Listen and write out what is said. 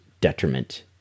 detriment